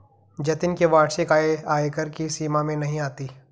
जतिन की वार्षिक आय आयकर की सीमा में नही आती है